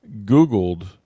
Googled